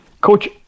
Coach